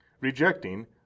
rejecting